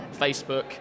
Facebook